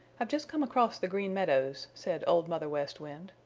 i've just come across the green meadows, said old mother west wind,